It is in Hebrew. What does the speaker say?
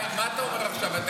מה אתה אומר עכשיו?